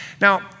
Now